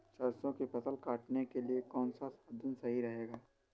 सरसो की फसल काटने के लिए कौन सा साधन सही रहेगा?